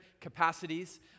capacities